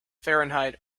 fahrenheit